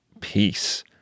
peace